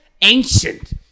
ancient